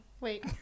Wait